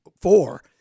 four